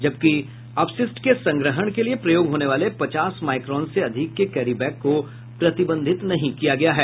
जैविक अपशिष्ट के संग्रहण के लिए प्रयोग होने वाले पचास माइक्रॉन से अधिक के कैरी बैग को प्रतिबंधित नहीं किया गया है